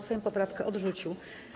Sejm poprawkę odrzucił.